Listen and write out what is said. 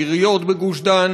העיריות בגוש-דן,